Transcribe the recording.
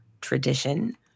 Tradition